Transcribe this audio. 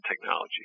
technology